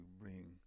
bring